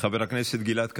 חבר הכנסת גלעד קריב,